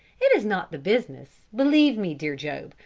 it is not the business, believe me, dear job,